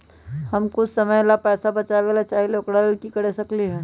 हम कुछ समय ला पैसा बचाबे के चाहईले ओकरा ला की कर सकली ह?